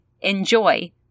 Enjoy